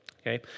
okay